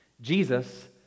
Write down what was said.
Jesus